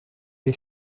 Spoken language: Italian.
dei